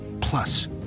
plus